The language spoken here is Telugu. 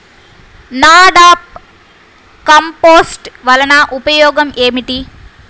నాడాప్ కంపోస్ట్ వలన ఉపయోగం ఏమిటి?